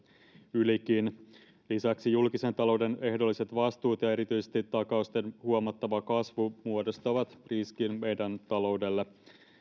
ylikin lisäksi julkisen talouden ehdolliset vastuut ja erityisesti takausten huomattava kasvu muodostavat riskin meidän taloudellemme